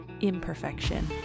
imperfection